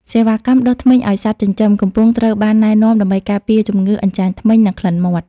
សេវាកម្ម "ដុសធ្មេញឱ្យសត្វចិញ្ចឹម" កំពុងត្រូវបានណែនាំដើម្បីការពារជំងឺអញ្ចាញធ្មេញ និងក្លិនមាត់។